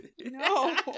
No